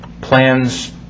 Plans